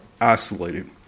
isolated